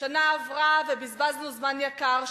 שנה עברה ובזבזנו זמן יקר,